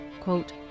quote